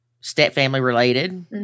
step-family-related